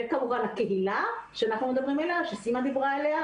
וכמובן הקהילה שסימה דיברה עליה,